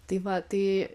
tai va tai